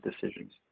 decisions